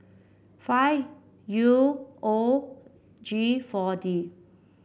five U O G four D